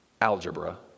algebra